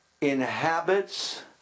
inhabits